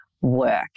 work